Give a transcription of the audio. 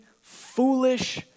foolish